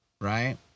right